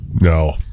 No